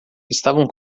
estavam